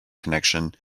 connection